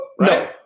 No